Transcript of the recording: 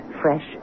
fresh